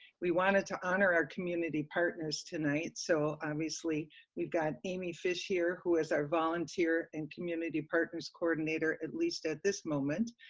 we wanted to honor our community partners tonight. so, obviously we've got amy fish here who is our volunteer and community partners coordinator, at least at this moment,